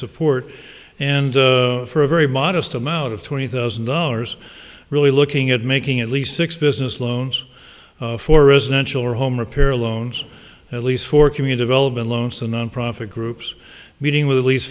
support and for a very modest amount of twenty thousand dollars really looking at making at least six business loans for residential or home repair loans at least for commuter vell been loans nonprofit groups meeting with at least